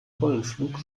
pollenflug